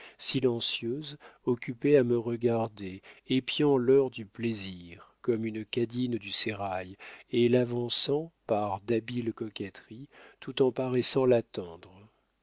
silencieuse occupée à me regarder épiant l'heure du plaisir comme une cadine du sérail et l'avançant par d'habiles coquetteries tout en paraissant l'attendre